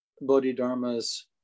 Bodhidharma's